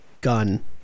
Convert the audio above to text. Gun